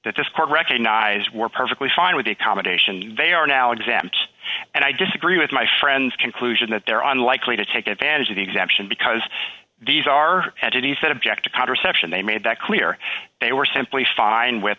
that this court recognize we're perfectly fine with the accommodation they are now exempt and i disagree with my friends conclusion that there are unlikely to take advantage of the exemption because these are added he said object to contraception they made that clear they were simply fine with